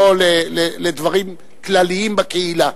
לא לדברים כלליים בקהילה.